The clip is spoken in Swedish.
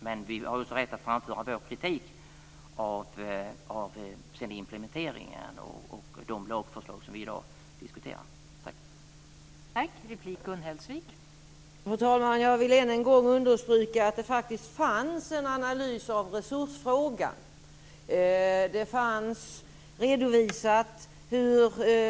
Men vi har också rätt att framföra vår kritik av implementeringen och de lagförslag som vi i dag diskuterar.